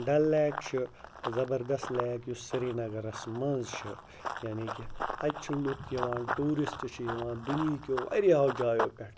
Dal lake چھُ زَبردَست lake یُس سرینَگرَس منٛز چھِ یعنی کہِ اَتہِ چھِ لُکھ یِوان ٹوٗرِسٹ چھِ یِوان دُنہیٖکیو واریاہَو جایو پٮ۪ٹھ